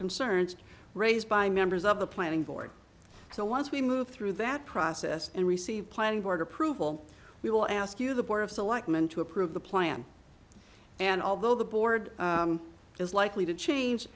concerns raised by members of the planning board so once we move through that process and receive planning board approval we will ask you the board of selectmen to approve the plan and although the board is likely to change